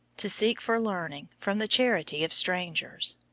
to seek for learning from the charity of strangers.